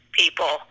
people